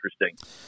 interesting